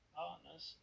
partners